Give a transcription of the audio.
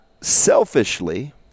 selfishly